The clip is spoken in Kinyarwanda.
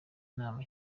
inama